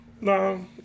No